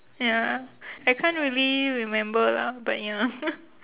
ya I can't really remember lah but ya